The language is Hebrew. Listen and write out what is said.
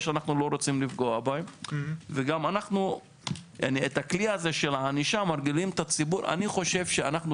שאנו לא רוצים לפגוע בהם והכלי של הענישה אנו כן צריכים